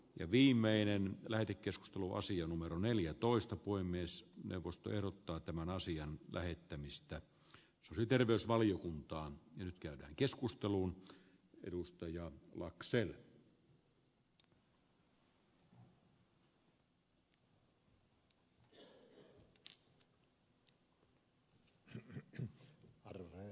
viimeinen lähetekeskustelu asia numero neljätoista voi myös melkoista erottaa tämän asian lähettämistä eli terveysvaliokuntaa nyt käydään keskusteluun edustaja arvoisa herra puhemies